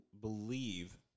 believe